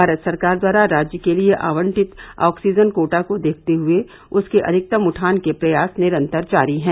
भारत सरकार द्वारा राज्य के लिये आवंटित ऑक्सीजन कोटा को देखते हुए उसके अधिकतम उठान के प्रयास निरन्तर जारी है